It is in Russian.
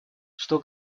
что